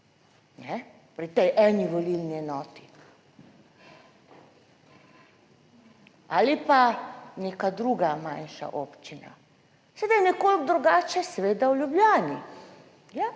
pri tej eni volilni enoti ali pa neka druga manjša občina? Saj da je nekoliko drugače seveda v Ljubljani